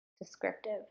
descriptive